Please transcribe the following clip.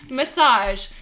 massage